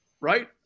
right